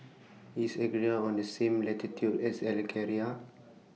IS Algeria on The same latitude as Algeria